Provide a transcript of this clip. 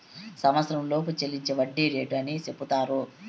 సంవచ్చరంలోపు చెల్లించే వడ్డీ రేటు అని సెపుతారు